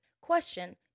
Question